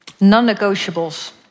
non-negotiables